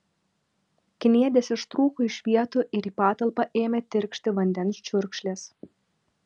kniedės ištrūko iš vietų ir į patalpą ėmė tikšti vandens čiurkšlės